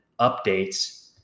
updates